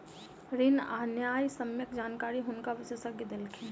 ऋण आ न्यायसम्यक जानकारी हुनका विशेषज्ञ देलखिन